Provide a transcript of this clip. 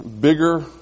bigger